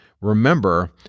Remember